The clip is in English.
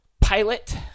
pilot